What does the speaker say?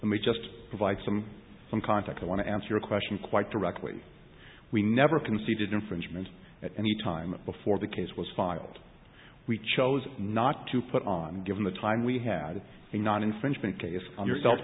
let me just provide some some context i want to answer your question quite directly we never conceded infringement at any time before the case was filed we chose not to put on given the time we had in an infringement case on yourself